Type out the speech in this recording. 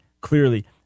clearly